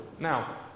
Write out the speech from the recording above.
Now